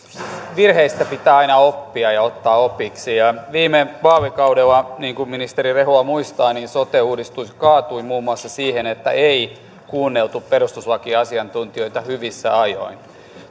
virheistä pitää aina oppia ja ottaa opiksi viime vaalikaudella niin kuin ministeri rehula muistaa sote uudistus kaatui muun muassa siihen että ei kuunneltu perustuslakiasiantuntijoita hyvissä ajoin